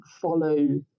follow